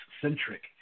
centric